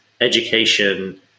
Education